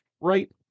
right